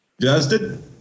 Justin